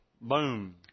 boom